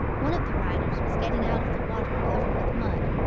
one of the riders was getting out of the water covered with mud,